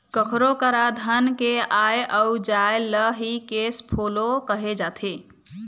कखरो करा धन के आय अउ जाय ल ही केस फोलो कहे जाथे